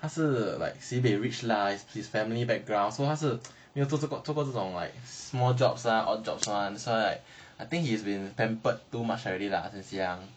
他是 like sibeh rich lah his family background so 他是没有做 got 做过这种 like small jobs ah odd job ah I think he's been pampered too much already lah since young